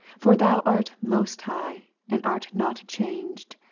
for thou art most high, and art not changed,